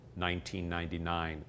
1999